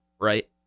right